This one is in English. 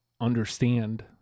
understand